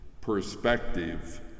perspective